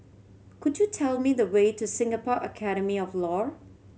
could you tell me the way to Singapore Academy of Law